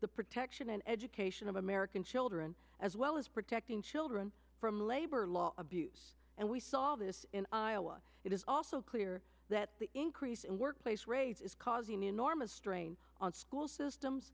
the protection and education of american children as well as protecting children from labor law abuse and we saw this in iowa it is also clear that the increase in workplace raids is causing enormous strain on school systems